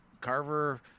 Carver